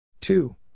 Two